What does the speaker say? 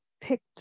picked